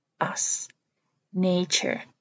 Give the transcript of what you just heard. us—nature